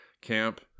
camp